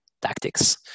tactics